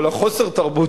או לחוסר תרבות,